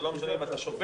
זה לא משנה אם אתה שופט,